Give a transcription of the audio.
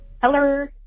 Hello